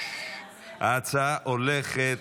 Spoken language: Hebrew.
ההצעה הולכת